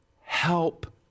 help